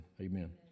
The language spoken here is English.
Amen